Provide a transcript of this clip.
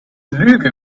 lüge